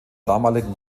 damaligen